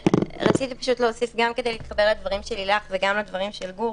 רציתי להוסיף גם כדי להתחבר לדברים של לילך וגם לדברים של גור.